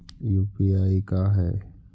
UPI का है?